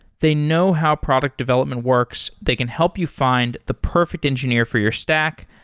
they know how product development works. they can help you find the perfect engineer for your stack,